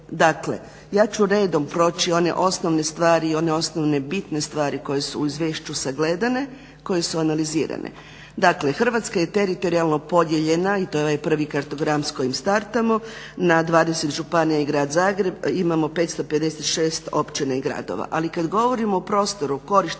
Hrvatska je teritorijalno podijeljena i to je ovaj prvi kartogram s kojim startamo, na 20 županija i Grad Zagreb imamo 556 općina i gradova. Ali kad govorimo o prostoru, korištenju